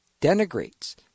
denigrates